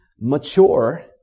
mature